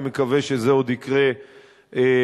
אני מקווה שזה עוד יקרה בהמשך,